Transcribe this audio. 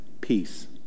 peace